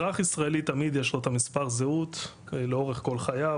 אזרח ישראלי יש לו את המספר זהות לאורך כל חייו,